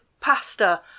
pasta